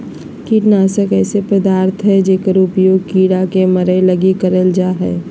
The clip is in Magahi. कीटनाशक ऐसे पदार्थ हइंय जेकर उपयोग कीड़ा के मरैय लगी करल जा हइ